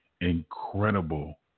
incredible